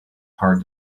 hard